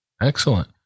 Excellent